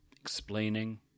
explaining